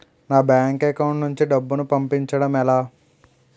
నా bank account నుంచి డబ్బును పంపించడం ఎలా?